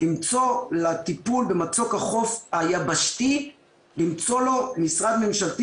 למצוא לטיפול במצוק החוף היבשתי משרד ממשלתי